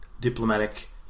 diplomatic